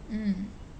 mm